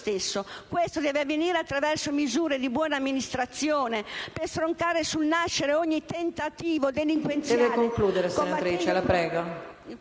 Questo deve avvenire attraverso misure di buona amministrazione per stroncare sul nascere ogni tentativo delinquenziale,